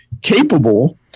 capable